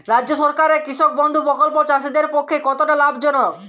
রাজ্য সরকারের কৃষক বন্ধু প্রকল্প চাষীদের পক্ষে কতটা লাভজনক?